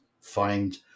find